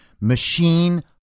Machine